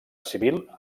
civil